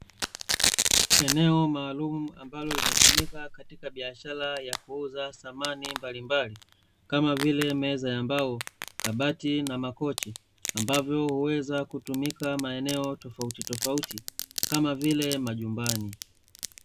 Eneo maalumu ambalo linatumika katika biashara ya kuuza samani mbalimbali kama vile: meza ya mbao, kabati na makochi. Ambavyo huweza kutumika maeneo tofautitofauti kama vile majumbani.